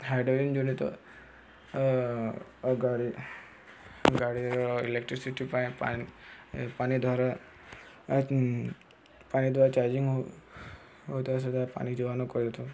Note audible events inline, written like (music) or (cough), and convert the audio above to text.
hydrogen ଜନିତ ଗାଡ଼ି ଗାଡ଼ିର ଇଲେକ୍ଟ୍ରିସିଟି ପାଇଁ ପାଣି ଦ୍ୱାରା ପାଣି ଚାର୍ଜିଙ୍ଗ ହୋଇଥିବା ସେଥି (unintelligible) ଯୋଗାଣ କରିଥାଉ